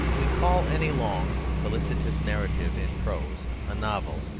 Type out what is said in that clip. we call any long fictitious narrative in prose a novel,